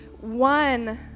one